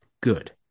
good